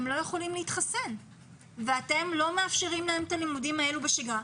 הם לא יכולים להתחסן ואתם לא מאפשרים להם את הלימודים האלה בשגרה.